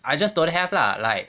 I just don't have lah like